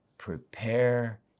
Prepare